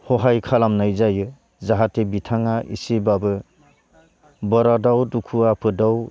हहाय खालामनाय जायो जाहाथे बिथाङा एसेब्लाबो बारादाव दुखु आफोदाव